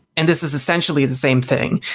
and this is essentially the same thing.